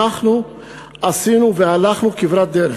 אנחנו עשינו והלכנו כברת דרך.